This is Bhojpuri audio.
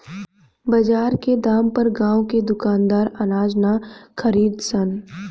बजार के दाम पर गांव के दुकानदार अनाज ना खरीद सन